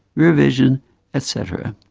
rear vision etc.